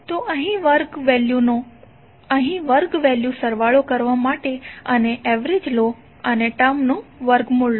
તો અહીં વર્ગ વેલ્યુ સરવાળો કરવા માટે છે અને એવરેજ લો અને ટર્મનુ વર્ગમૂળ લો